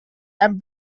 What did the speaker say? and